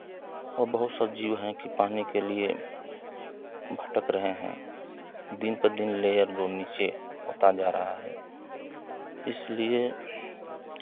और बहुत सा जीव हैं पानी के लिए भटक रहे हैं दिन पर दिन लेयर जो नीचे होता जा रहा है इसलिए